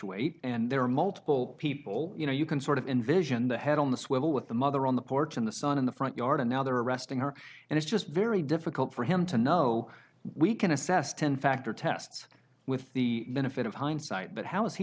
eight and there are multiple people you know you can sort of envision the head on the swivel with the mother on the porch in the sun in the front yard and now they're arresting her and it's just very difficult for him to know we can assess ten factor tests with the benefit of hindsight but how is he